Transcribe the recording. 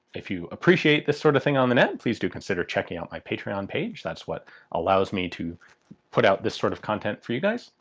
if you appreciate this sort of thing on the net, please do consider checking out my patreon and page, that's what allows me to put out this sort of content for you guys.